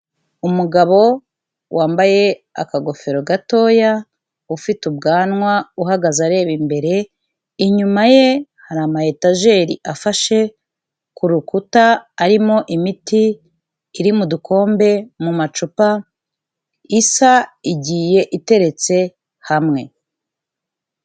Umugabo wambaye akagofero gatoya ufite ubwanwa uhagaze areba imbere, inyuma ye hari amayetajeri afashe, ku rukuta arimo imiti iri mu dukombe mu macupa, isa igiye iteretse hamwe.